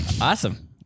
Awesome